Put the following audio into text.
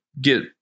get